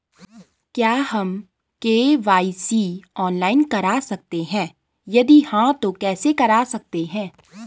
क्या हम KYC online करा सकते हैं यदि हाँ तो कैसे करा सकते हैं?